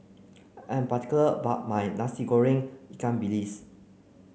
I'm particular about my Nasi Goreng Ikan Bilis